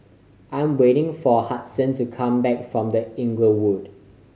I'm waiting for Huston to come back from The Inglewood